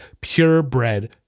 purebred